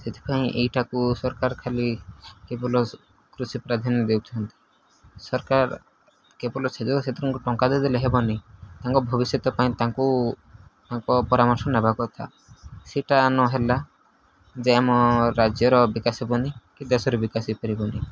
ସେଥିପାଇଁ ଏଇଟାକୁ ସରକାର ଖାଲି କେବଳ କୃଷି ପ୍ରାଧାନ୍ୟ ଦେଉଛନ୍ତି ସରକାର କେବଳ ସେ ସେଥିରୁଙ୍କୁ ଟଙ୍କା ଦେଇ ଦେଲେ ହେବନି ତାଙ୍କ ଭବିଷ୍ୟତ ପାଇଁ ତାଙ୍କୁ ତାଙ୍କ ପରାମର୍ଶ ନେବା କଥା ସେଇଟା ହେଲା ଯେ ଆମ ରାଜ୍ୟର ବିକାଶ ହେବନି କି ଦେଶର ବିକାଶ ହେଇପାରିବନି